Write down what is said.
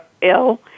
ill